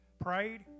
prayed